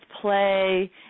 play